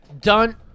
Done